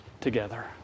together